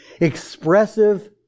expressive